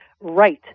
right